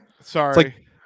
sorry